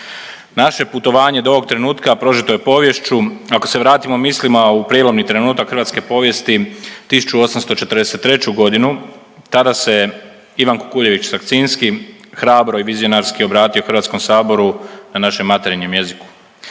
Naše putovanje do ovog trenutka prožeto je poviješću, ako se vratimo mislima u prijelomni trenutak hrvatske povijesti 1843. godinu tada se Ivan Kukuljević Sakcinski hrabro i vizionarski obratio Hrvatskom saboru na našem materinjem jeziku.